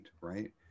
right